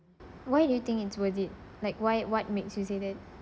why do you think it's worth it like why what makes you say that